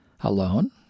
alone